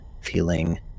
feeling